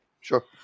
Sure